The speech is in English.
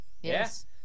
Yes